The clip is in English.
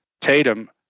Tatum